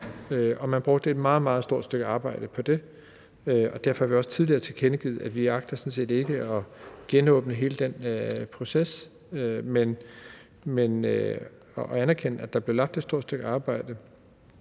Man lagde et stort stykke arbejde i det. Derfor har vi også tidligere tilkendegivet, at vi sådan set ikke agter at genåbne hele den proces, men anerkende, at der blev lagt et stort stykke arbejde